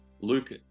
Luke